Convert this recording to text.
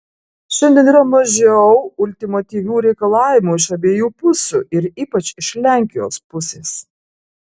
šiandien yra mažiau ultimatyvių reikalavimų iš abiejų pusių ir ypač iš lenkijos pusės